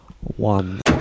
one